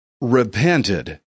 repented